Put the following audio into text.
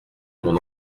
mon